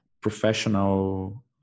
professional